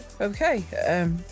okay